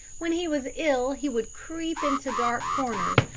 when he was ill, he would creep into dark corners,